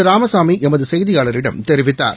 ராமசாமிஎமதுசெய்தியாளரிடம் தெரிவித்தார்